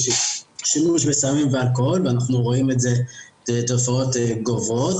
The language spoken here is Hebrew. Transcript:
ושימוש בסמים ו אלכוהול ואנחנו רואים את התופעות האלה גוברות.